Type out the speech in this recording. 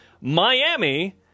Miami